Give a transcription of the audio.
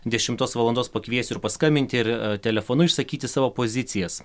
dešimtos valandos pakviesiu ir paskambinti ir telefonu išsakyti savo pozicijas